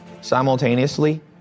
simultaneously